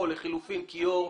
כיור,